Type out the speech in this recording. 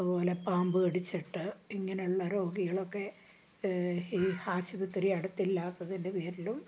അതുപോലെ പാമ്പ് കടിച്ചിട്ട് ഇങ്ങനെയുള്ള രോഗികളൊക്കെ ഈ ആശുപത്രി അടുത്ത് ഇല്ലാത്തതിൻ്റെ പേരിലും